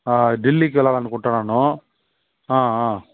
ఆ ఢిల్లీకి వెళ్ళాలని అనుకుంటున్నాను ఆ ఆ